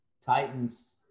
Titans